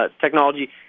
technology